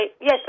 yes